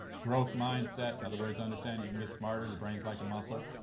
growth mindset, in other words understanding you can get smarter, the brain's like a muscle.